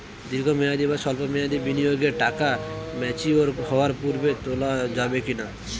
দীর্ঘ মেয়াদি বা সল্প মেয়াদি বিনিয়োগের টাকা ম্যাচিওর হওয়ার পূর্বে তোলা যাবে কি না?